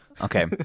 Okay